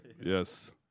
Yes